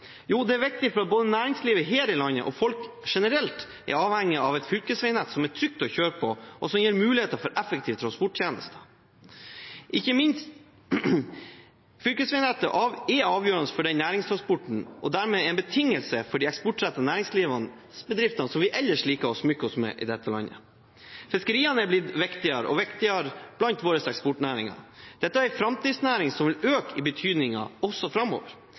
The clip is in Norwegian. Jo, det er viktig fordi både næringslivet her i landet og folk generelt er avhengige av et fylkesveinett som er trygt å kjøre på, og som gir muligheter for effektive transporttjenester. Fylkesveinettet er avgjørende for næringstransporten og dermed en betingelse for de eksportrettede bedriftene som vi ellers liker å smykke oss med i dette landet. Fiskeriene er blitt viktigere og viktigere blant våre eksportnæringer. Dette er en framtidsnæring som vil øke i betydning også framover.